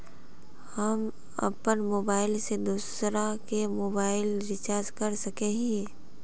हम अपन मोबाईल से दूसरा के मोबाईल रिचार्ज कर सके हिये?